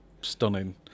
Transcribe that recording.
stunning